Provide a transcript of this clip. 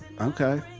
Okay